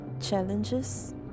challenges